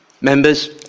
Members